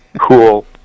cool